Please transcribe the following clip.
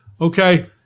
Okay